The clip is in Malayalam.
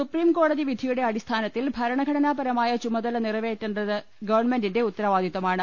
സുപ്രിംകോടതി വിധിയുടെ അടിസ്ഥാനത്തിൽ ഭരണഘടനാപരമായ ചുമതല നിറവേറ്റേ ണ്ടത് ഗവൺമെന്റിന്റെ ഉത്തരവാദിത്തമാണ്